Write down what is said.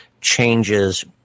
changes